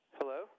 Hello